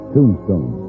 Tombstone